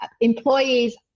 employees